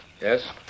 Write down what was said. Yes